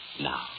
Now